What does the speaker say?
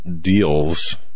deals